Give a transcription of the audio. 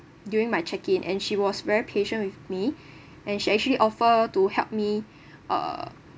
during my check in and she was very patient with me and she actually offer to help me uh